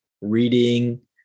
reading